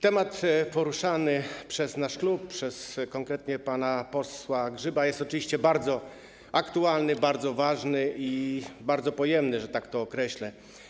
Temat poruszany przez nasz klub, konkretnie przez pana posła Grzyba, jest oczywiście bardzo aktualny, bardzo ważny i bardzo pojemny, że tak to określę.